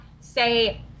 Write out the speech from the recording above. say